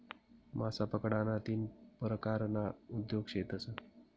मासा पकडाना तीन परकारना उद्योग शेतस